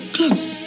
Close